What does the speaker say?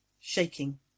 Shaking